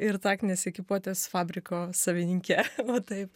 ir taktinės ekipuotės fabriko savininke va taip